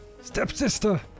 stepsister